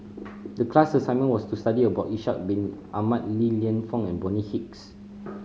the class assignment was to study about Ishak Bin Ahmad Li Lienfung and Bonny Hicks